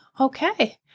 Okay